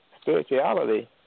spirituality